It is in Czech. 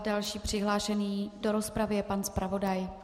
Další přihlášený do rozpravy je pan zpravodaj.